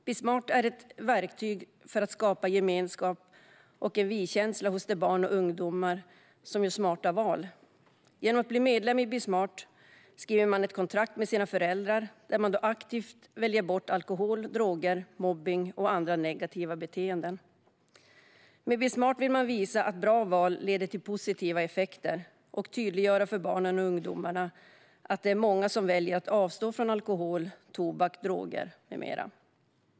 Be smart är ett verktyg för att skapa gemenskap och en vi-känsla hos de barn och ungdomar som gör smarta val. Genom att bli medlem i Be smart skriver man ett kontrakt med sina föräldrar där man aktivt väljer bort alkohol, droger, mobbning och andra negativa beteenden. Med Be smart vill man visa att bra val leder till positiva effekter och tydliggöra för barnen och ungdomarna att det är många som väljer att avstå från alkohol, tobak och droger med mera.